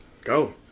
Go